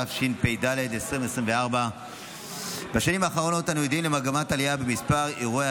התשפ"ד 2024. בשנים האחרונות אנו עדים למגמת עלייה במספר אירועי